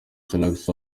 salax